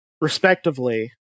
respectively